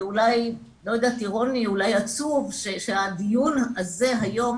ואולי אירוני ועצוב שהדיון הזה היום